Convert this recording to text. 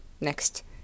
next